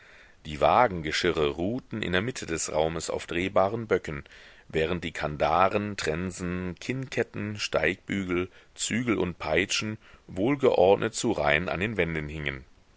die wagengeschirre ruhten in der mitte des raumes auf drehbaren böcken während die kandaren trensen kinnketten steigbügel zügel und peitschen wohlgeordnet zu reihen an den wänden hingen